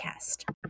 podcast